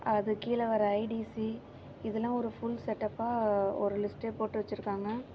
அதுக்கு கீழே வர ஐடிசி இதுலாம் ஒரு ஃபுல் செட்டப்பா ஒரு லிஸ்ட்டே போட்டு வச்சிருக்காங்கள்